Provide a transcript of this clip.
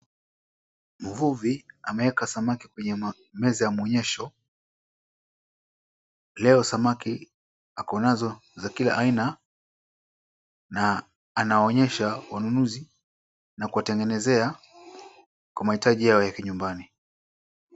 Mvuvi ameeka meza kwenye meza ya maonyesho. Leo samaki ako nazo za kila aina na anaonyesha wanunuzi na kuwatengenezea kwa mahitaji yao ya kinyumbani.